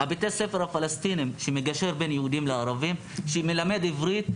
בתי ספר פלסטינים שמגשרים בין יהודים לערבים או מלמדים עברית?